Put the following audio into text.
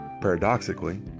Paradoxically